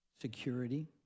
security